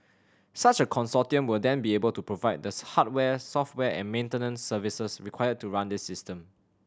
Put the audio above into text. such a consortium will then be able to provide the hardware software and maintenance services required to run this system